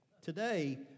today